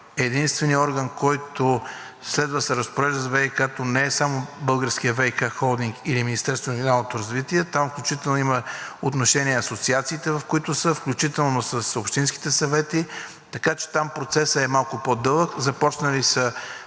единственият орган, който следва да се разпорежда с ВиК, не е само българският ВиК холдинг или Министерството на регионалното развитие, там включително имат отношение асоциациите, в които са, включително с общинските съвети. Така че там процесът е малко по-дълъг. Започнали са